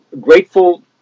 grateful